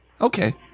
Okay